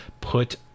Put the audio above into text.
put